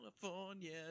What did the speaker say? California